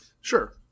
Sure